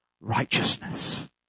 righteousness